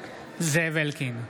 זאב אלקין,